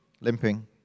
limping